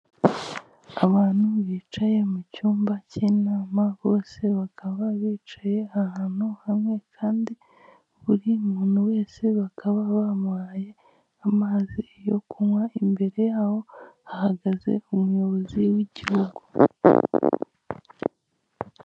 Abantu bicaye mu cyumba cy'inama, bose bakaba bicaye ahantu hamwe, kandi buri muntu wese bakaba bamuhaye amazi yo kunywa, imbere aho hahagaze umuyobozi w'igihugu.